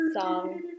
song